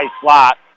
slot